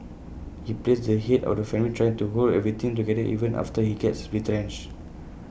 he plays the Head of the family trying to hold everything together even after he gets retrenched